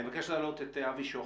אני מבקש להעלות את אבי שוחט,